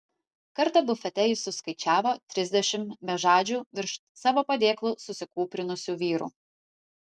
kartą bufete jis suskaičiavo trisdešimt bežadžių virš savo padėklų susikūprinusių vyrų